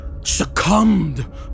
Succumbed